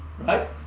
right